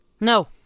No